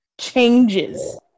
changes